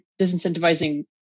disincentivizing